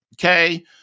Okay